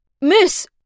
Miss